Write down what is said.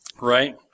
right